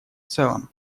целом